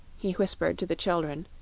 he whispered to the children,